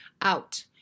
out